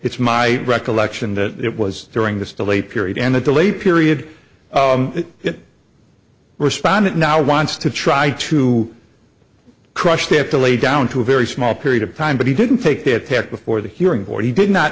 it's my recollection that it was during this delay period and the delay period that respondent now wants to to try crushed it to lay down to a very small period of time but he didn't take the attack before the hearing what he did not